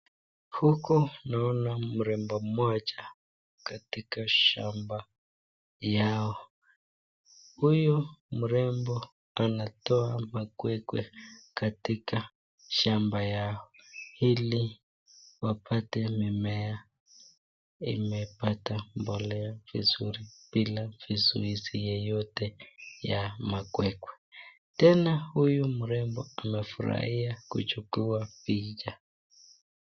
Huku naona mrembo moja katika shamba yao. Huyu mrembo anatoa makwekwe katika shamba yao ili wapate mimmea imepata mbolea vizuri bila vizuizi yoyote ya makwekwe, tena huyu mrembo anafurahia kujukua picha.